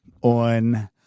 on